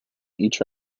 each